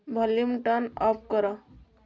volume turn off କର